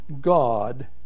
God